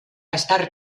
estar